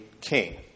king